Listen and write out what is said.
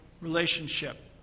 relationship